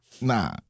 nah